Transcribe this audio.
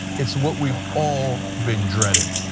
it's what we've all been dreading.